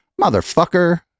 Motherfucker